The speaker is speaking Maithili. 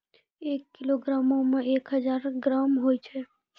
एक किलोग्रामो मे एक हजार ग्राम होय छै